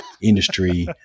industry